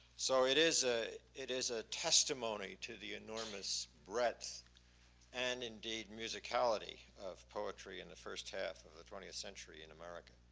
so it is ah it is a testimony to the enormous breadth and indeed, musicality of poetry in the first half of the twentieth century in america.